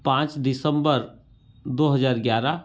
पाँच दिसम्बर दो हज़ार ग्यारह